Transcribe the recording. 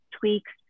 tweaks